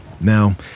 Now